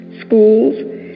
schools